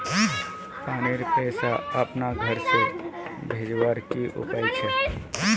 पानीर पैसा अपना घोर से भेजवार की उपाय छे?